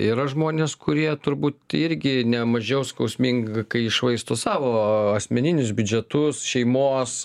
yra žmonės kurie turbūt irgi ne mažiau skausminga kai švaisto savo asmeninius biudžetus šeimos